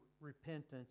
Repentance